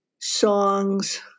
songs